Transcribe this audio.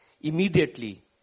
immediately